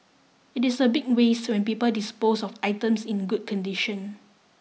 it is a big waste when people dispose of items in good condition